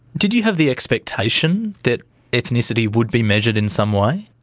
did you have the expectation that ethnicity would be measured in some way?